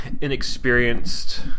inexperienced